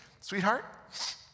sweetheart